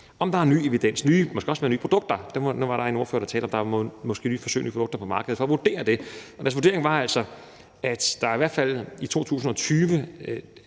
om der er ny evidens og måske også nye produkter – nu var der en ordfører, der talte om, at der måske er nye produkter på markedet – og deres vurdering var altså, at der i hvert fald i 2020